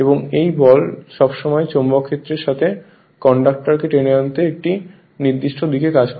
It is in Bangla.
এবং এই বল সবসময় চৌম্বক ক্ষেত্রের সাথে কন্ডাকটরকে টেনে আনতে একটি নির্দিষ্ট দিক দিয়ে কাজ করে